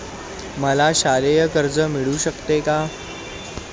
मला शालेय कर्ज मिळू शकते का?